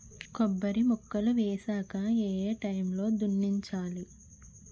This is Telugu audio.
కొబ్బరి మొక్కలు వేసాక ఏ ఏ టైమ్ లో దున్నించాలి?